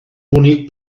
bonic